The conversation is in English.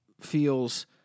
feels